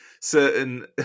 certain